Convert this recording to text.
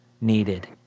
needed